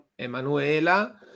Emanuela